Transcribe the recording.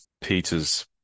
Peters